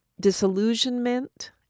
disillusionment